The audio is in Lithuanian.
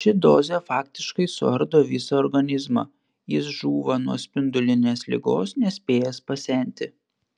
ši dozė faktiškai suardo visą organizmą jis žūva nuo spindulinės ligos nespėjęs pasenti